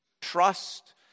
trust